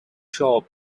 shop